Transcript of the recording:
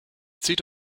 zieht